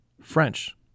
French